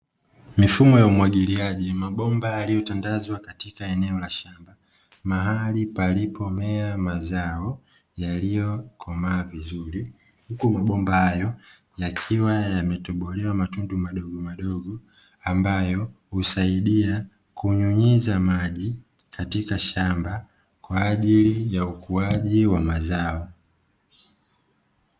Mifumo ya umwagiliaji, mabomba yaliyotandazwa katika eneo la shamba mahali palipomea mazao yaliyokomaa vizuri; huku mabomba hayo yakiwa yametobolewa matundu madogomadogo ambayo husaidia kunyunyiza maji katika shamba kwa ajili ya ukuaji wa mazao.